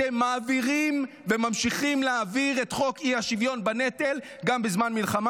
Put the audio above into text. אתם מעבירים וממשיכים להעביר את חוק האי-שוויון בנטל גם בזמן מלחמה.